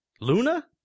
Luna